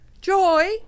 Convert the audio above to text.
Joy